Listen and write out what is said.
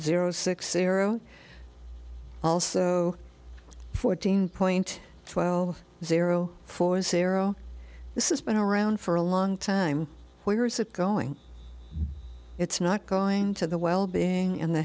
zero six also fourteen point while zero four zero this is been around for a long time where's it going it's not going to the well being and the